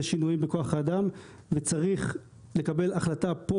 ושינויים בכוח האדם וצריך לקבל החלטה פה